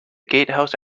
gatehouse